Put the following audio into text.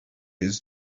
his